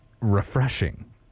refreshing